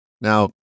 Now